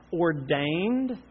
ordained